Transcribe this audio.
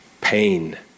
Pain